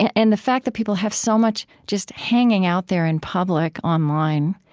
and the fact that people have so much just hanging out there in public, online,